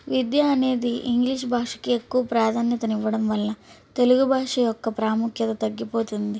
విద్య అనేది ఇంగ్లీష్ భాషకి ఎక్కువ ప్రాధాన్యతను ఇవ్వడం వల్ల తెలుగు భాష యొక్క ప్రాముఖ్యత తగ్గిపోతుంది